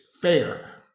fair